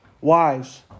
Wives